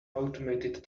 automated